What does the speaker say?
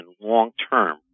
long-term